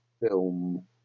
film